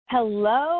Hello